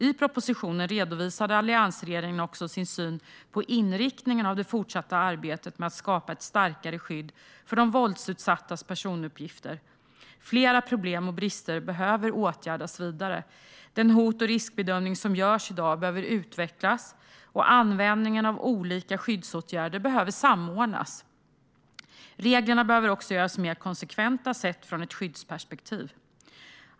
I propositionen redovisade alliansregeringen också sin syn på inriktningen för det fortsatta arbetet med att skapa ett starkare skydd för de våldsutsattas personuppgifter. Flera problem och brister behöver åtgärdas vidare. Den hot och riskbedömning som görs i dag behöver utvecklas, och användningen av olika skyddsåtgärder behöver samordnas. Reglerna behöver också göras mer konsekventa sett från ett skyddsperspektiv.